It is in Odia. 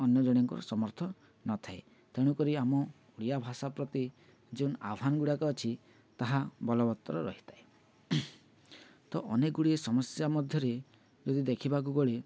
ଅନ୍ୟ ଜଣଙ୍କର ସମର୍ଥ ନଥାଏ ତେଣୁକରି ଆମ ଓଡ଼ିଆ ଭାଷା ପ୍ରତି ଯେଉଁ ଆହ୍ୱାନ ଗୁଡ଼ାକ ଅଛି ତାହା ବଳବର୍ତ୍ତ ରହିଥାଏ ତ ଅନେକ ଗୁଡ଼ିଏ ସମସ୍ୟା ମଧ୍ୟରେ ଯଦି ଦେଖିବାକୁ ଗଲେ